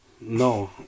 No